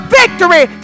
victory